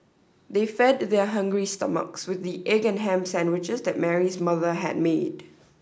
they fed their hungry stomachs with the egg and ham sandwiches that Mary's mother had made